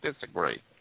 disagree